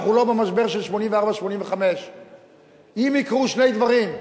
אנחנו לא במשבר של 1984 1985. אם יקרו שני דברים,